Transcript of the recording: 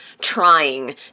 trying